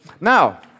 Now